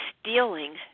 stealing